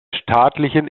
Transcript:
staatlichen